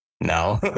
no